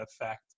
effect